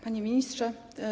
Panie Ministrze!